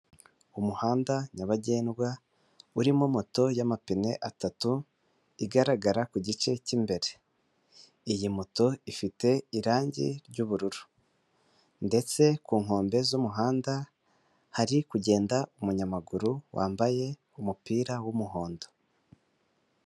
Umuhanda nyabagendwa urimo moto y'amapine atatu igaragara ku gice cy'imbere, iyi moto ifite irangi ry'ubururu ndetse ku nkombe z'umuhanda hari kugenda umunyamaguru wambaye umupira w'umuhondo.